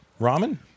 Ramen